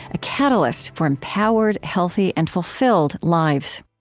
a catalyst for empowered, healthy, and fulfilled lives